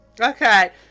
Okay